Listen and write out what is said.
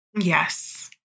Yes